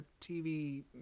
TV